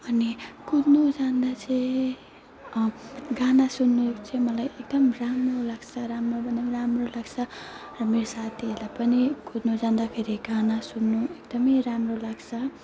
अनि कुद्नु जाँदा चाहिँ गाना सुन्नु चाहिँ मलाई एकदम राम्रो लाग्छ राम्रोभन्दा पनि राम्रो लाग्छ र मेरो साथीहरूलाई पनि कुद्नु जाँदाखेरि गाना सुन्नु एकदमै राम्रो लाग्छ